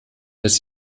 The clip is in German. dass